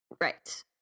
right